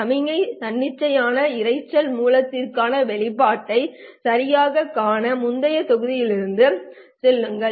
சமிக்ஞை தன்னிச்சையான இரைச்சல் மூலத்திற்கான வெளிப்பாட்டை சரியாகக் காண முந்தைய தொகுதிகளுக்குச் செல்லுங்கள்